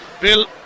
Bill